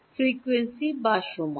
frequency বা সময়